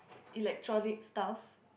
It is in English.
electronic stuff